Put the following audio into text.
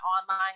online